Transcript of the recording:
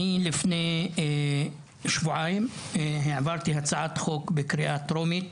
אני לפני שבועיים העברתי הצעת חוק בקריאה טרומית